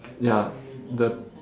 ya the